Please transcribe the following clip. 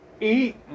eat